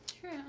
True